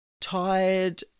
tired